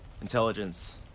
Intelligence